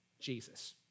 Jesus